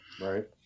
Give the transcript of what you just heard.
Right